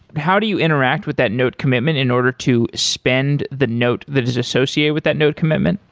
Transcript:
how do you interact with that note commitment in order to spend the note that is associated with that note commitment?